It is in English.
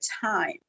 time